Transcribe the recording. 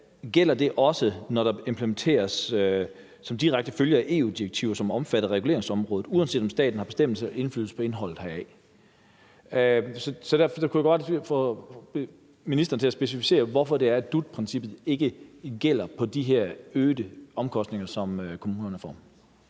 gælder det også, når der implementeres som direkte følge af EU-direktiver, som omfatter reguleringsområdet, uanset om staten har bestemmende indflydelse på indholdet heraf. Så derfor kunne jeg godt tænke mig at få ministeren til at specificere, hvorfor det er, at dut-princippet ikke gælder i forhold til de her øgede omkostninger, som kommunerne får.